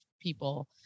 people